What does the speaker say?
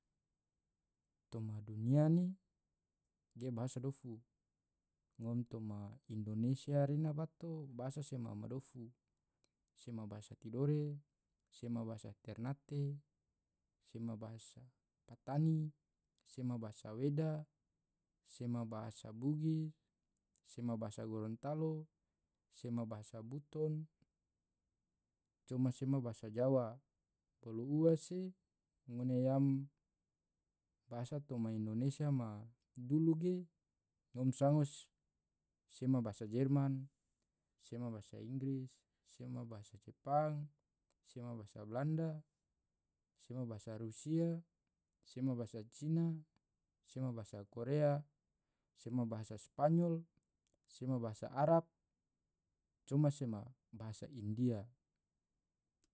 toma dunia ne ge bahasa dofu ngom toma indonesia rena bato bahasa sema madofu sema bahasa tidore, sema bahasa ternate, sema baha patani, sema bahasa weda, sema bahasa bugis, sema bhasa gorontalo, sema bahasa buton, coma sema bahasa jawa polu ua se ngone yam bahasa toma indonesia ma dulu ge ngom sango sema bahasa jerman, sema bahasa inggris, sema bahasa jepang, sema bahasa blanda, sema bahasa rusia, sema bahasa cina, sema bahasa korea sema bahasa spanyol, sema bahasa arab, coma sema bahasa india.